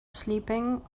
sleeping